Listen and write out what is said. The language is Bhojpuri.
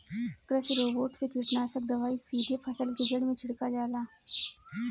कृषि रोबोट से कीटनाशक दवाई सीधे फसल के जड़ में छिड़का जाला